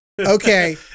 Okay